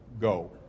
go